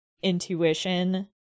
Intuition